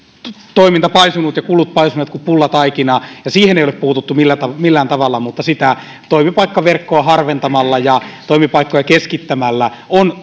toiminta paisunut ja kulut paisuneet kuin pullataikina ja siihen ei ole puututtu millään millään tavalla sitä toimipaikkaverkkoa harventamalla ja toimipaikkoja keskittämällä on